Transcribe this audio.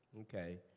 okay